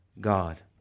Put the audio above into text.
God